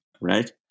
right